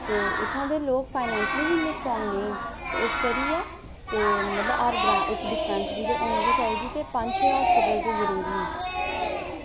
ते उत्थोआं दे लोग फाइनेंशियली वी इन्ने स्ट्रांग नेईं न ते इस करियै ते मतलव हर ग्रांऽ इक डिस्पैंसरी ते होनी गै चाहिदी ते पंज छे हास्पिटल ते जरूरी न